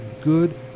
good